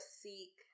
seek